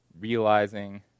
realizing